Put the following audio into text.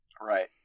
Right